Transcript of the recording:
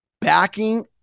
backing